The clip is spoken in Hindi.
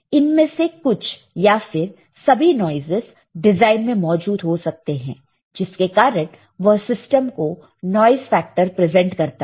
इनमें से कुछ या फिर सभी नॉइसस डिजाइन में मौजूद हो सकते हैं जिसके कारण वह सिस्टम को नॉइस फैक्टर प्रेजेंट करता है